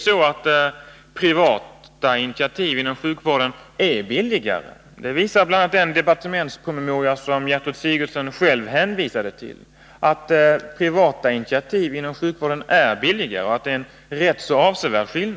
Privata initiativ inom sjukvården är billigare. Bl. a. den departementspromemoria som Gertrud Sigurdsen själv hänvisade till visar ju att skillnaden är avsevärd. Resurser frigörs nämligen.